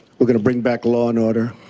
we're going to bring back law and order.